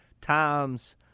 Times